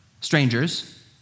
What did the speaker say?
strangers